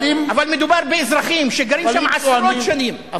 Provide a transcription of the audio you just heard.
אבל מדובר באזרחים שגרים שם עשרות שנים.